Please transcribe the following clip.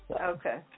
Okay